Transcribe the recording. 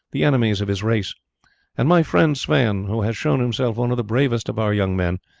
the enemies of his race and my friend sweyn, who has shown himself one of the bravest of our young men,